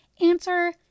Answer